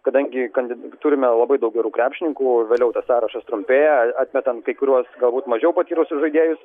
kadangi kandi turime labai daug gerų krepšininkų o vėliau tas sąrašas trumpėja atmetant kai kuriuos galbūt mažiau patyrusius žaidėjus